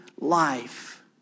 life